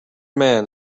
man